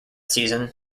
season